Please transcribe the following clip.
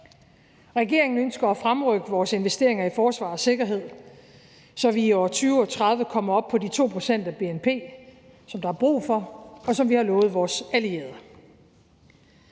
Regeringen ønsker at fremrykke vores investeringer i forsvar og sikkerhed, så vi i år 2030 kommer op på de 2 pct. af bnp, som der er brug for, og som vi har lovet vores allierede.